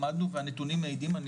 והנתונים מעידים,